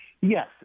yes